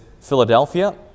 Philadelphia